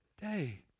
day